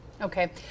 Okay